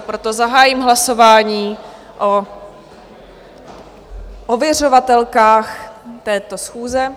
Proto zahájím hlasování o ověřovatelkách této schůze.